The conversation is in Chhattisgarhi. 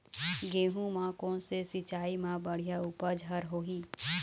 गेहूं म कोन से सिचाई म बड़िया उपज हर होही?